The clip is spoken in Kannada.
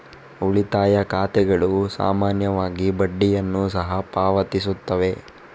ಉಳಿತಾಯ ಖಾತೆಗಳು ಸಾಮಾನ್ಯವಾಗಿ ಬಡ್ಡಿಯನ್ನು ಸಹ ಪಾವತಿಸುತ್ತವೆ